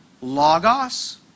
Logos